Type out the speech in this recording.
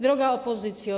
Droga Opozycjo!